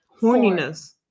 horniness